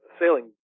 sailing